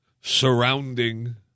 surrounding